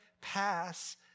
pass